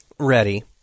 ready